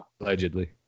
Allegedly